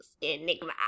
Enigma